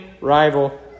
rival